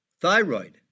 thyroid